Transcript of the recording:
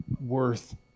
worth